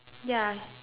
ya